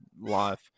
life